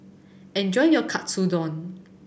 enjoy your Katsudon